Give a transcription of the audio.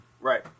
Right